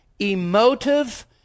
emotive